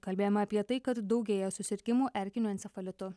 kalbėjam apie tai kad daugėja susirgimų erkiniu encefalitu